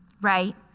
right